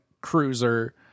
cruiser